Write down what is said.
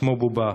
כמו בובה,